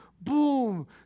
boom